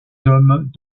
hommes